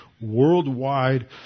worldwide